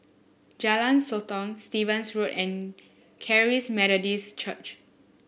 Jalan Sotong Stevens Road and Charis Methodist Church